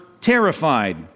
terrified